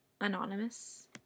anonymous